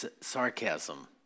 sarcasm